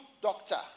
doctor